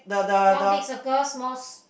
one big circle small ci~